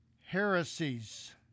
heresies